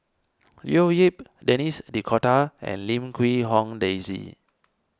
Leo Yip Denis D'Cotta and Lim Quee Hong Daisy